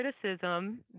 criticism